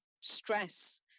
stress